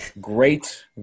Great